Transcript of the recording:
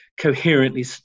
coherently